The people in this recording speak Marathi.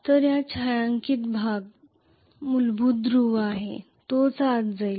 तर हा छायांकित भाग मूलभूत ध्रुव आहे तोच आत जाईल